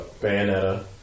Bayonetta